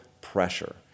pressure